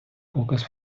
показ